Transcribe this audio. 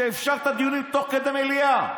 שאפשרת דיונים תוך כדי מליאה,